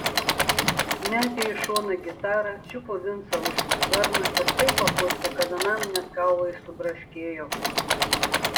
metė į šoną gitarą čiupo vincą už skverno ir taip papurtė kad anam net kaulai subraškėjo